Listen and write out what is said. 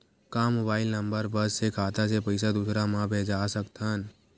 का mobile number बस से खाता से पईसा दूसरा मा भेज सकथन?